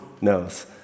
knows